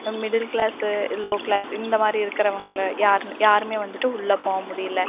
middle class low class இந்த மாதிரி இருக்கிறவங்கள யாருன்னு யாருமே வந்துட்டு உள்ளே போக முடியல